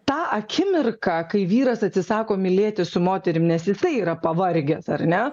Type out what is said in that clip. tą akimirką kai vyras atsisako mylėtis su moterim nes jisai yra pavargęs ar ne